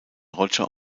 roger